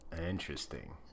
Interesting